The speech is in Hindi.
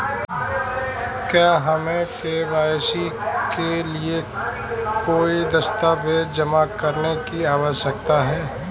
क्या हमें के.वाई.सी के लिए कोई दस्तावेज़ जमा करने की आवश्यकता है?